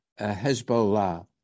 Hezbollah